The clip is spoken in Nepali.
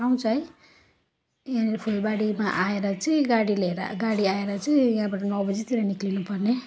पाउँछ है यहाँनिर फुलबारीमा आएर चाहिँ गाडी लिएर गाडी आएर चाहिँ यहाँबाट नौ बजीतिर निस्किनुपर्ने